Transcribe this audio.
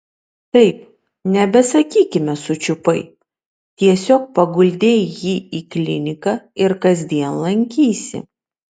taip nebesakykime sučiupai tiesiog paguldei jį į kliniką ir kasdien lankysi